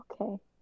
okay